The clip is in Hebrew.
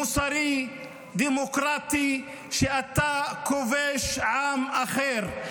מוסרי, דמוקרטי, כשאתה כובש עם אחר.